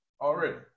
Already